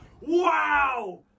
Wow